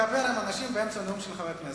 שאתה מדבר עם אנשים באמצע נאום של חבר הכנסת.